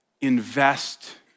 invest